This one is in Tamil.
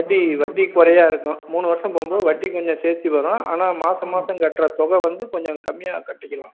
வட்டி வட்டி குறைவாக இருக்கும் மூணு வருஷம் போகும்போது வட்டி கொஞ்சம் சேர்த்து வரும் ஆனால் மாதம் மாதம் கட்டுற தொகை வந்து கொஞ்சம் கம்மியாக கட்டிக்கலாம்